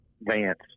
vance